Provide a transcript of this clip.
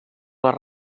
les